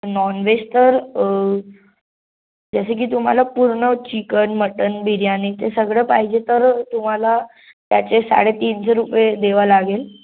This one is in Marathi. नॉनवेज तर जसं की तुम्हाला पूर्ण चिकन मटन बिर्याणी ते सगळं पाहिजे तर तुम्हाला त्याचे साडेतीनशे रुपय देवा लागेल